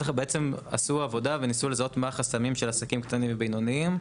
אחר כך עשו עבודה וניסו לזהות מהם החסמים של עסקים קטנים ובינוניים.